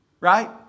Right